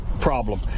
problem